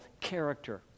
character